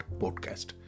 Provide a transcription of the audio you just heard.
podcast